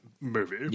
movie